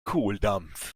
kohldampf